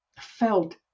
felt